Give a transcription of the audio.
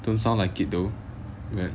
don't sound like it though